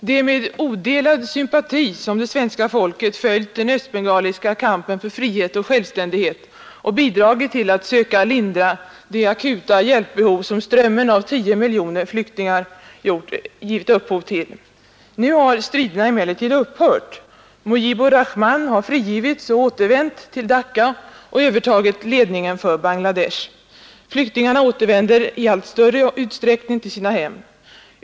Herr talman! Det är med odelad sympati som det svenska folket har Onsdagen den följt den östbengaliska kampen för frihet och självständighet och bidragit 26 januari 1972 till att söka lindra det akuta hjälpbehov som strömmen av 10 miljoner människor på flykt har givit upphov till. Nu har striderna emellertid upphört. Mujibur Rahman har frigivits och återvänt till Dacca samt övertagit ledningen för Bangladesh. Flyktingarna återvänder i allt större utsträckning till sina hem.